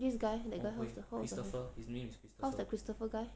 this guy how's the christopher guy